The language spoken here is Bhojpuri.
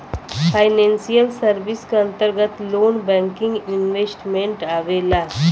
फाइनेंसियल सर्विस क अंतर्गत लोन बैंकिंग इन्वेस्टमेंट आवेला